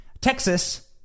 Texas